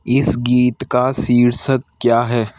इस गीत का शीर्षक क्या है